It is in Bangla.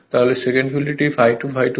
সেকেন্ডের ফিল্ডে এটি ∅2 ∅2 হবে